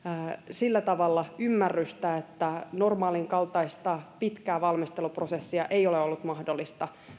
sillä tavalla ymmärrystä että normaalinkaltaista pitkää valmisteluprosessia ei ole ollut mahdollista